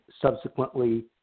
subsequently